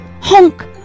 Honk